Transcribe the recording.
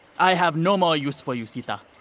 i have no more use for you, sita.